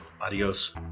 Adios